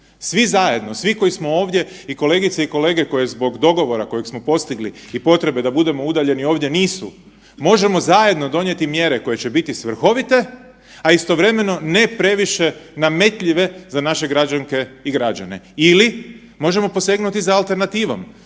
Svi zajedno, svi koji smo ovdje i kolegice i kolege koje zbog dogovora kojeg smo postigli i potrebe da budemo udaljeni ovdje nisu, možemo zajedno donijeti mjere koje će biti svrhovite, a istovremeno ne previše nametljive za naše građanke i građane ili možemo posegnuti za alternativom